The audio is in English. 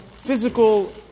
physical